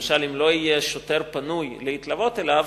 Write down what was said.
למשל, אם לא יהיה שוטר פנוי להתלוות אליו,